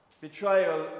Betrayal